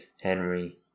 Henry